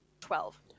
Twelve